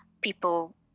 people